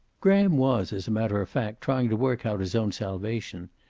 graham was, as a matter of fact, trying to work out his own salvation.